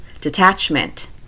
detachment